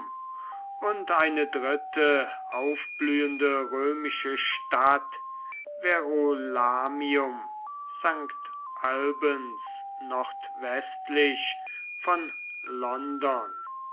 und eine dritte aufblühende römische stadt verulamium st albans nordwestlich von london